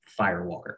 Firewalker